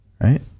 Right